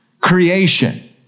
creation